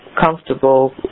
comfortable